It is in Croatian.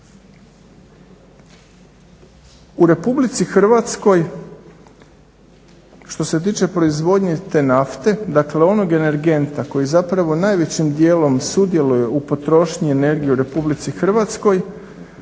između 4 i 6%. U RH što se tiče proizvodnje nafte, dakle onog energenta koji najvećim dijelom sudjeluje u potrošnji energije u RH proizvodnja